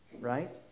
right